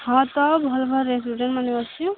ହଁ ତ ଭଲ୍ ଭଲ୍ ରେଷ୍ଟରୁରାଣ୍ଟ୍ମାନେ ଅଛି